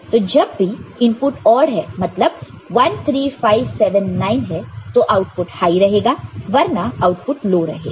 तो जब भी इनपुट ऑड है मतलब 1 3 5 7 9 है तो आउटपुट हाई रहेगा वरना आउटपुट लो रहेगा